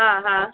हा हा